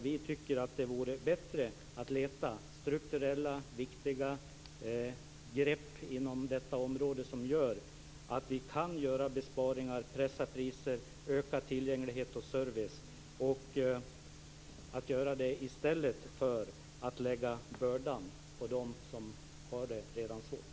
Vi tycker att det vore bättre att leta strukturella viktiga grepp inom detta område som möjliggör besparingar och som gör att vi kan pressa priser och öka tillgänglighet och service, i stället för att lägga bördan på dem som redan har det svårt.